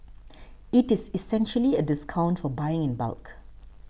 it is essentially a discount for buying in bulk